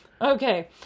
Okay